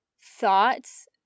thoughts